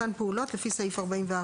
לקחת לו זה?